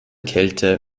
kälte